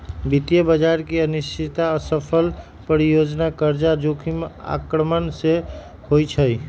वित्तीय बजार की अनिश्चितता, असफल परियोजना, कर्जा जोखिम आक्रमण से होइ छइ